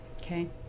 okay